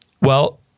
Well-